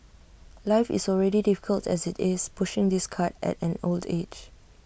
life is already difficult as IT is pushing this cart at an old age